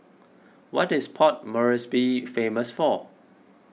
what is Port Moresby famous for